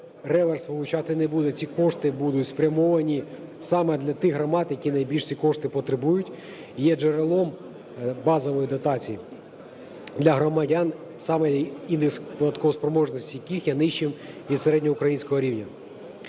реверс вилучати не буде, ці кошти будуть спрямовані саме для тих громад, які найбільш ці кошти потребують і є джерелом базових дотацій для громадян, саме індекс податкової спроможності яких є нижчим від середньоукраїнського рівня.